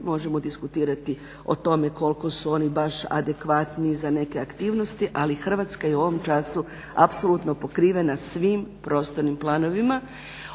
možemo diskutirati o tome koliko su oni baš adekvatni za neke aktivnosti ali Hrvatska je u ovom času apsolutno pokrivena svim prostornim planovima.